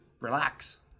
relax